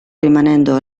rimanendo